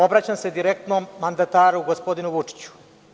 Obraćam se direktno mandataru, gospodinu Vučiću.